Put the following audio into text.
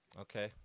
okay